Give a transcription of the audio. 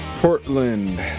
Portland